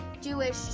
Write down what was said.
Jewish